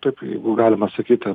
taip jeigu galima sakyti